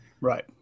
Right